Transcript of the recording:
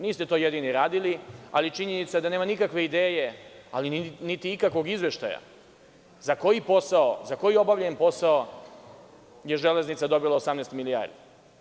Niste vi jedini to radili, ali je činjenica da nema nikakve ideje, niti ikakvog izveštaja za koji obavljeni posao je Železnica dobila 18 milijardi.